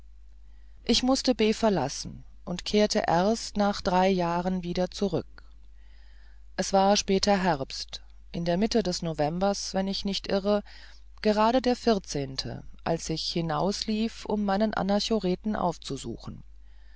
ich mußte b verlassen und kehrte erst nach drei jahren wieder zurück es war später herbst in der mitte des novembers wenn ich nicht irre gerade der vierzehnte als ich hinauslief um meinen anachoreten aufzusuchen